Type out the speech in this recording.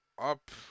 up